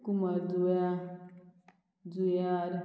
कुमारजुव्या जुयार